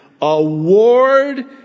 award